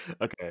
Okay